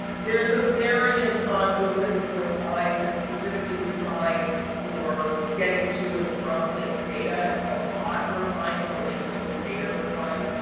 there's a variant on open refine that's specifically designed for getting to and from link data. it's called log refine for linked open data refine.